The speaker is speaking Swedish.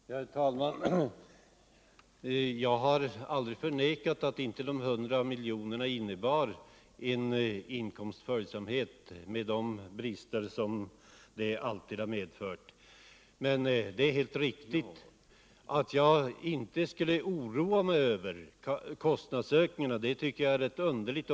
Herr talman! Jag har aldrig förnekat att de 100 miljonerna inte innebar en inkomstföljsamhet med de brister detta alltid medfört. Det är helt riktigt. Påståendet att jag aldrig skulle oroa mig över kostnadsökningarna är rätt underligt.